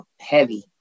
heavy